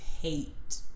hate